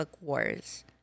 wars